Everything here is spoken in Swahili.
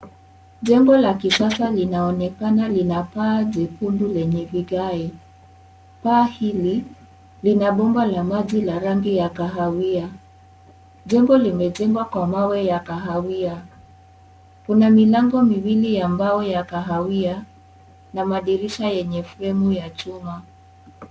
Jengo la kisasa linaonekana lina paa jekundu lenye vigai, paa hili linabomba la maji la rangi ya kahawia, jengo limejengwa kwa mawe ya kahawia, kuna milango miwili ya mbao ya kahawia na madirisha yenye framu ya chuma.